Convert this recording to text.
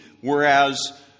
whereas